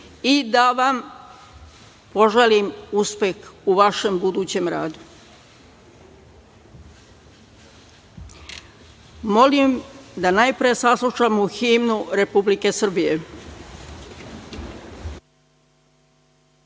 i da vam poželim uspeh u vašem budućem radu. Molim da najpre saslušamo Himnu Republike